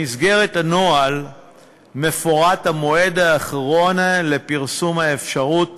במסגרת הנוהל המפורט, המועד האחרון לפרסום האפשרות